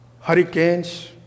hurricanes